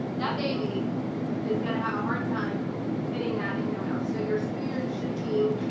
that baby is going to have a hard time fitting that in their mouth. so your spoon should be